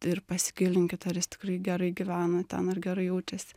ir pasigilinkit ar jis tikrai gerai gyvena ten ar gerai jaučiasi